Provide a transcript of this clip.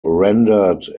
rendered